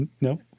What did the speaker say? No